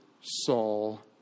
Saul